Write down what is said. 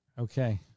Okay